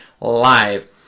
live